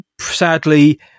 sadly